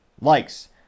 likes